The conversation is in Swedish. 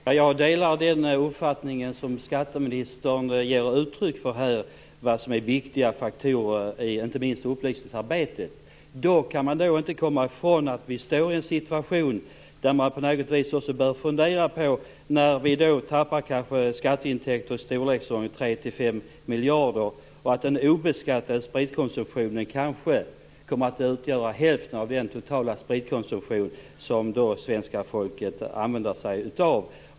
Fru talman! Jag delar den uppfattning som skatteministern ger uttryck för om vad som är viktiga faktorer inte minst i upplysningsarbetet. Man kan dock inte komma ifrån att vi befinner oss i en situation där vi också bör fundera på att vi tappar skatteintäkter i storleksordningen 3-5 miljarder. Den obeskattade spritkonsumtionen kommer kanske att utgöra hälften av den totala spritkonsumtionen hos svenska folket.